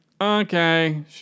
Okay